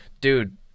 Dude